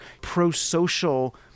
pro-social